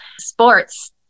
sports